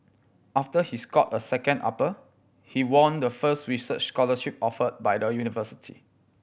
after he scored a second upper he won the first research scholarship offered by the university